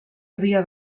havia